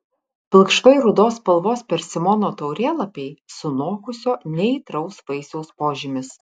pilkšvai rudos spalvos persimono taurėlapiai sunokusio neaitraus vaisiaus požymis